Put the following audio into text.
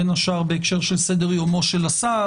בין השאר בהקשר של סדר-יומו של השר,